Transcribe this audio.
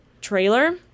trailer